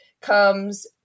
comes